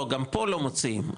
גם פה לא מוצאים,